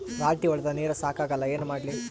ರಾಟಿ ಹೊಡದ ನೀರ ಸಾಕಾಗಲ್ಲ ಏನ ಮಾಡ್ಲಿ?